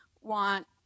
want